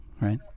right